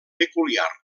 peculiar